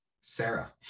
Sarah